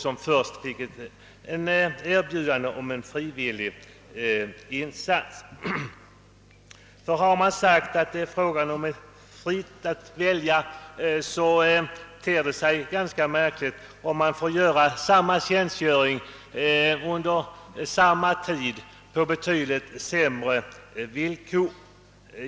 Om det en gång har sagts att det gäller ett frivilligt åtagande, ter det sig märkligt om annan tjänstgöring påfordras under samma tid och på be tydligt sämre villkor.